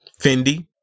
Fendi